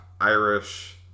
Irish